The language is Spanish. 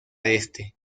este